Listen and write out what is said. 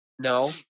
no